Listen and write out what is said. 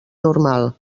normal